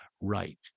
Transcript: right